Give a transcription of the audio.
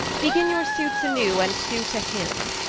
begin your suites anew, and sue to him.